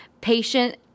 patient